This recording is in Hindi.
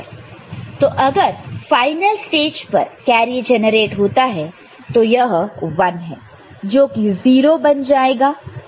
तो अगर फाइनल स्टेज पर कैरी जेनरेट होता है तो यह 1 है जो कि 0 बन जाएगा